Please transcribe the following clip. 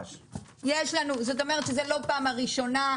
יש לנו זאת אומרת זה לא פעם ראשונה,